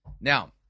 Now